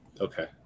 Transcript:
okay